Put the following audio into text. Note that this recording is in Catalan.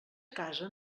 casa